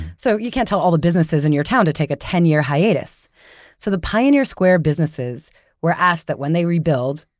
so you can't tell all the businesses in your town to take a ten-year hiatus so the pioneer square businesses were asked that, when they rebuild,